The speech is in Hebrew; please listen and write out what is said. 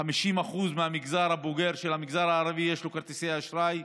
50% מהמגזר הבוגר של המגזר הערבי יש לו כרטיסי אשראי,